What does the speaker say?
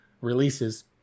releases